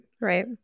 Right